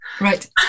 Right